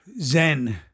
zen